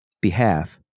behalf